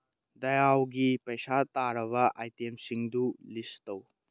ꯗꯌꯥꯎꯒꯤ ꯄꯩꯁꯥ ꯇꯥꯔꯕ ꯑꯥꯏꯇꯦꯝꯁꯤꯡꯗꯨ ꯂꯤꯁ ꯇꯧ